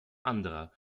anderer